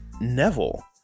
neville